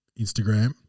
Instagram